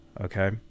Okay